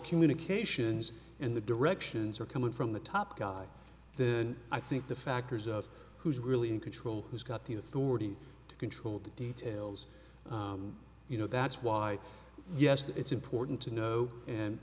communications and the directions are coming from the top guy then i think the factors of who's really in control who's got the authority to control the details you know that's why yes it's important to know and